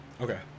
Okay